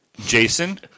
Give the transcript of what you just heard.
Jason